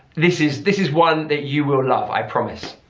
this is this is one that you will love i promise.